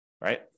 right